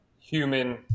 human